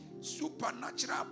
supernatural